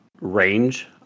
Range